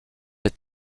est